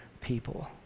people